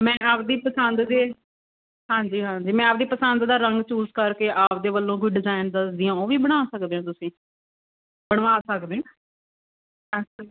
ਮੈਂ ਆਪਦੀ ਪਸੰਦ ਦੇ ਹਾਂਜੀ ਹਾਂਜੀ ਮੈਂ ਆਪਦੀ ਪਸੰਦ ਦਾ ਰੰਗ ਚੂਜ ਕਰਕੇ ਆਪਦੇ ਵੱਲੋਂ ਕੋਈ ਡਿਜ਼ਾਇਨ ਦੱਸਦੀ ਹਾਂ ਉਹ ਵੀ ਬਣਾ ਸਕਦੇ ਹੋ ਤੁਸੀਂ ਬਣਵਾ ਸਕਦੇ ਅੱਛਾ ਜੀ